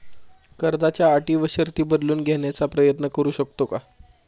कर्जाच्या अटी व शर्ती बदलून घेण्याचा प्रयत्न करू शकतो का?